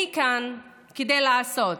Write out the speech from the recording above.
אני כאן כדי לעשות,